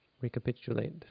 recapitulate